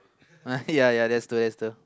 ya ya that's true that's true